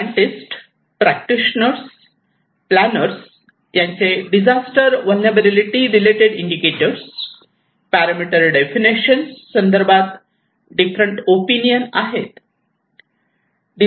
scientist practitioner planner यांचे disaster vulnerability related indicator parameters definition संदर्भात different opinion आहेत